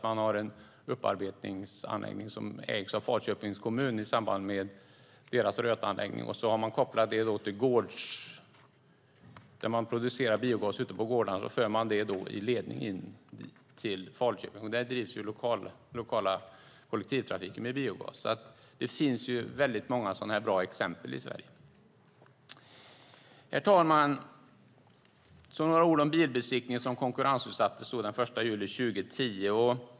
Man har en upparbetningsanläggning som ägs av Falköpings kommun i samband med deras rötanläggning, och så har man kopplat det till gårdar där man producerar biogas, som sedan förs i ledningar in till Falköping. Där drivs den lokala kollektivtrafiken med biogas. Det finns många sådana bra exempel i Sverige. Herr talman! Så några ord om bilbesiktningen, som konkurrensutsattes den 1 juli 2010.